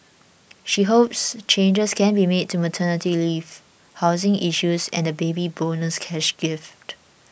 she hopes changes can be made to maternity leave housing issues and the Baby Bonus cash gift